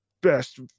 best